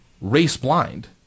race-blind